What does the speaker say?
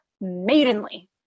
maidenly